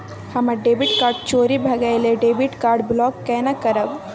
हमर debit card चोरी भगेलै डेबिट कार्ड ब्लॉक केना करब?